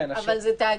אבל זה תאגיד.